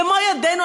במו-ידינו,